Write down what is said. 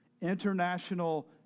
international